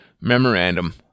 Memorandum